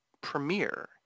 premiere